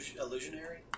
illusionary